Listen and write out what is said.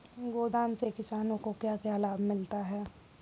गोदाम से किसानों को क्या क्या लाभ मिलता है?